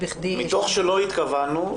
מתוך שלא התכוונו,